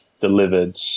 delivered